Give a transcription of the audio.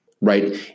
right